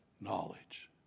knowledge